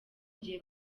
gihe